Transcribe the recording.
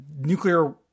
nuclear